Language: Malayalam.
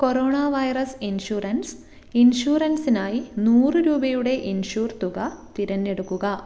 കൊറോണ വൈറസ് ഇൻഷുറൻസ് ഇൻഷുറൻസിനായി നൂറ് രൂപയുടെ ഇൻഷുർ തുക തിരഞ്ഞെടുക്കുക